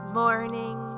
morning